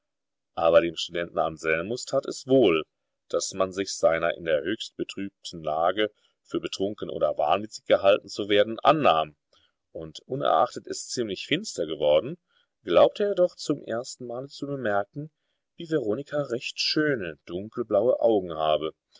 aber dem studenten anselmus tat es wohl daß man sich seiner in der höchst betrübten lage für betrunken oder wahnwitzig gehalten zu werden annahm und unerachtet es ziemlich finster geworden glaubte er doch zum ersten male zu bemerken wie veronika recht schöne dunkelblaue augen habe